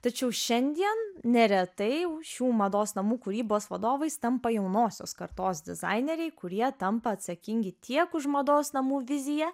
tačiau šiandien neretai šių mados namų kūrybos vadovais tampa jaunosios kartos dizaineriai kurie tampa atsakingi tiek už mados namų viziją